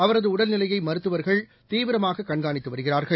அவரதுஉடல்நிலையைமருத்துவர்கள் தீவிரமாககண்காணித்துவருகிறார்கள்